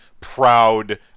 proud